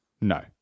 No